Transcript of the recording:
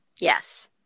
Yes